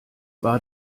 war